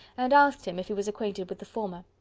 and asked him, if he was acquainted with the former.